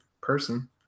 person